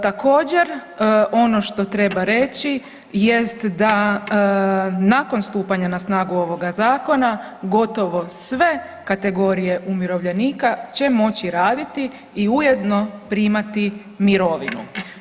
Također ono što treba reći jest da nakon stupanja na snagu ovoga zakona gotovo sve kategorije umirovljenika će moći raditi i ujedno primati mirovinu.